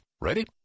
Ready